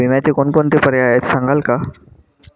विम्याचे कोणकोणते पर्याय आहेत सांगाल का?